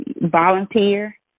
volunteer